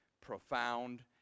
profound